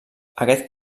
aquest